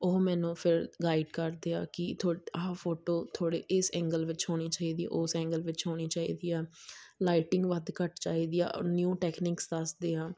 ਉਹ ਮੈਨੂੰ ਫਿਰ ਗਾਈਡ ਕਰਦੇ ਆ ਕਿ ਤੁਹਾਡੇ ਆਹ ਫੋਟੋ ਥੋੜ੍ਹੇ ਇਸ ਐਂਗਲ ਵਿੱਚ ਹੋਣੀ ਚਾਹੀਦੀ ਉਸ ਐਂਗਲ ਵਿੱਚ ਹੋਣੀ ਚਾਹੀਦੀ ਆ ਲਾਈਟਿੰਗ ਵੱਧ ਘੱਟ ਚਾਹੀਦੀ ਆ ਨਿਊ ਟੈਕਨੀਕਸ ਦੱਸਦੇ ਆ